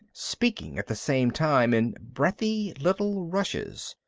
speaking at the same time in breathy little rushes.